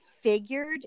figured